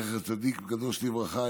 זכר צדיק וקדוש לברכה,